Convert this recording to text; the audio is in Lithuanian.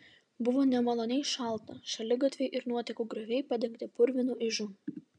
buvo nemaloniai šalta šaligatviai ir nuotekų grioviai padengti purvinu ižu